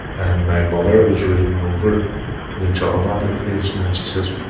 and my mother was reading over the job application and she says,